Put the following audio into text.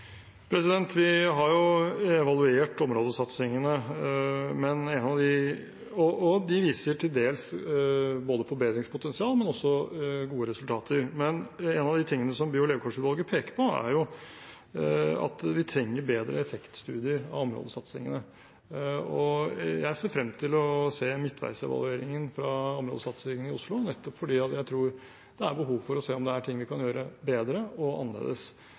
Vi har evaluert områdesatsingene, og de viser til dels forbedringspotensial, men også gode resultater. Men en av de tingene som by- og levekårsutvalget peker på, er at vi trenger bedre effektstudier av områdesatsingene, og jeg ser frem til å se midtveisevalueringen fra områdesatsingen i Oslo, nettopp fordi jeg tror det er behov for å se om det er ting vi kan gjøre bedre og annerledes.